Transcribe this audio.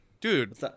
Dude